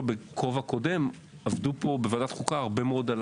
בכובע קודם עבדו פה בוועדת חוקה הרבה מאוד על